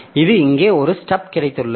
இது இங்கே ஒரு ஸ்டப் கிடைத்துள்ளது